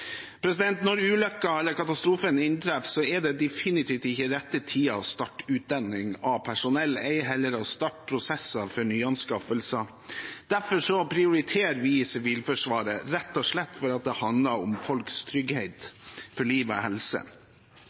Når ulykken eller katastrofen inntreffer, er det definitivt ikke den rette tiden for å starte utdanning av personell, ei heller for å starte prosesser for nyanskaffelser. Derfor prioriterer vi Sivilforsvaret, rett og slett fordi det handler om folks trygghet for liv og helse.